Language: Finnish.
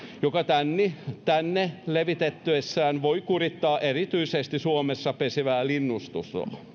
joka tänne levittäytyessään voi kurittaa erityisesti suomessa pesivää linnustoa